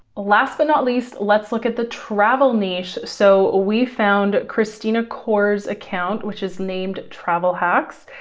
last but not least, let's look at the travel niche. so we found kristina cors account, which is named travel hacks.